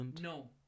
No